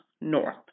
north